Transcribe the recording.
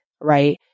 right